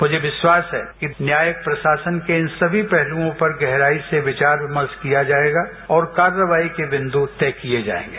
मुझे विश्वास है न्यायिक प्रशासन के इन सभी पहलुओं पर गहराई से विचार विर्मा किया जाएगा और कार्यवाही के बिंदु तय किए जाएंगे